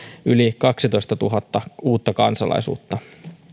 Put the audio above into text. yli kaksitoistatuhatta uutta kansalaisuutta